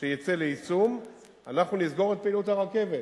שיצא ליישום אנחנו נסגור את פעילות הרכבת,